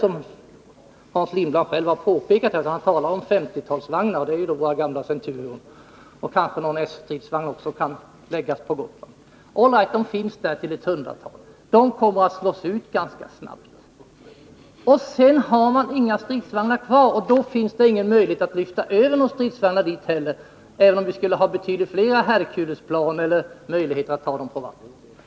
Som Hans Lindblad själv har påpekat är det fråga om 1950-talsvagnar. Det är några av våra gamla Centurionoch kanske också några S-stridsvagnar som kan förläggas till Gotland. De kommer att slås ut ganska snabbt. Sedan har man inga stridsvagnar kvar, och då finns det heller ingen möjlighet att få över några stridsvagnar dit, även om vi skulle ha betydligt fler Herculesplan än vi har eller möjligheter att ta dem över vattnet.